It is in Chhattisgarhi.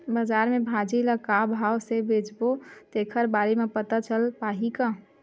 बजार में भाजी ल का भाव से बेचबो तेखर बारे में पता चल पाही का?